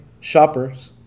shoppers